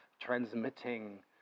transmitting